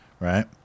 Right